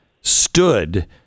stood